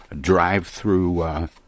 drive-through